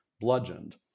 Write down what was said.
bludgeoned